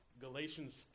Galatians